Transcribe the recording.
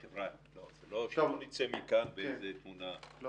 חבריא, שלא נצא מכאן באיזו תמונה לא.